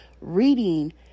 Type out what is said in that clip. reading